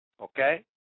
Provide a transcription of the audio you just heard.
okay